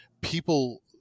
people